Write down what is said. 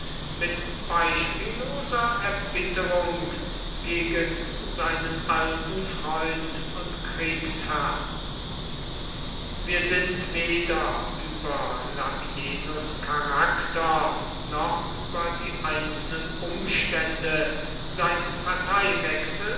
mit beispielloser erbitterung gegen seinen alten freund und kriegsherrn wir sind weder über labienus charakter noch über die einzelnen umstände seines